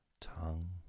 Tongue